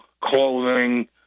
clothing